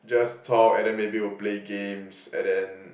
just talk and then maybe will play games and then